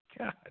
God